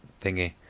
thingy